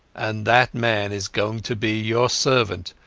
and that man is going to be your servant,